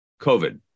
COVID